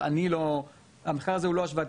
אבל המחקר הזה הוא לא השוואתי,